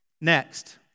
Next